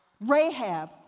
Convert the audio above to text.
Rahab